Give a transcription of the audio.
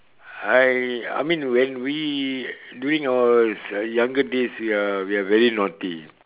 I I mean when we during our younger days we are we are very naughty